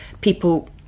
people